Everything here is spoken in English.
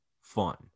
fun